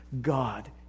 God